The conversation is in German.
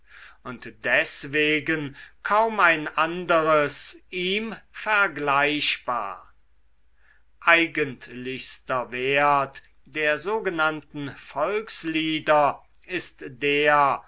und deswegen kaum ein anderes ihm vergleichbar eigentlichster wert der sogenannten volkslieder ist der